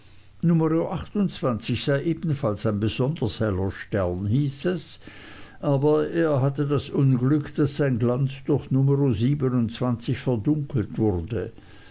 numero sei ebenfalls ein besonders heller stern hieß es aber er hatte das unglück daß sein glanz durch numero verdunkelt wurde